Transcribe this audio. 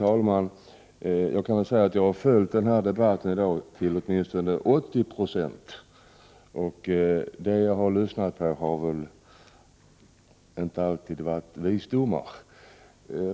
Fru talman! Jag har åtminstone till 80 2 följt denna debatt i dag. Och det jag har hört har inte alltid varit visdomar.